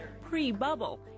pre-bubble